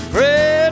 Pray